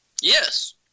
Yes